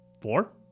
Four